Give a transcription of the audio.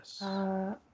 Yes